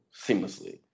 seamlessly